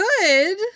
good